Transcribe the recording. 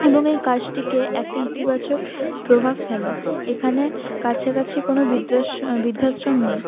এবং এই কাজটিকে একটা ইতিবাচক প্রভাব ফেলে এখানে কাছাকাছি কোনও বৃদ্ধাশ্রম নেই